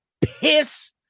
piss